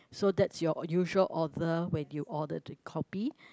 so that's your usual order when you order the kopi